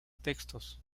textos